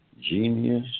genius